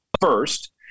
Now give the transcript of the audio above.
first